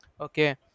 okay